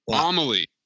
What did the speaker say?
Amelie